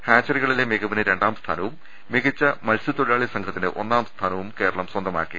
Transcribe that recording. ഹാച്ചറിക ളിലെ മികവിന് രണ്ടാം സ്ഥാനവും മികച്ച മത്സൃത്തൊഴിലാളി സംഘത്തിന് ഒന്നാംസ്ഥാനവും കേരളം സ്വന്തമാക്കി